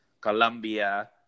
Colombia